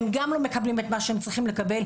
הם גם לא מקבלים את מה שהם צריכים לקבל.